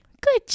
Good